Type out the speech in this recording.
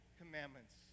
commandments